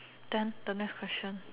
then the next question